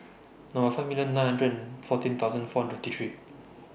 Number five million nine hundred and fourteen thousand four hundred and fifty three